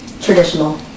Traditional